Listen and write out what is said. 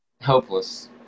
Hopeless